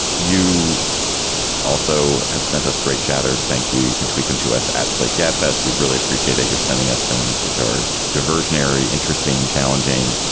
you also have sent us great chatters. thank you. you can tweet them to us at slate gabfests. we really appreciate that you're sending us things which are diversionary, interesting, challenging.